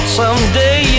someday